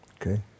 okay